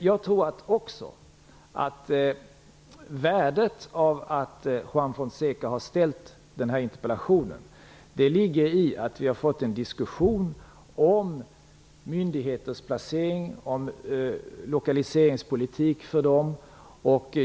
Jag tror också att värdet av att Juan Fonseca har ställt den här interpellationen ligger i att vi har fått en diskussion om myndigheters placering, om lokaliseringspolitiken för dem.